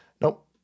Nope